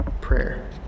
prayer